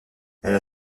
elle